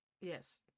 Yes